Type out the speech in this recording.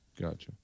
Gotcha